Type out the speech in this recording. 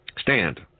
Stand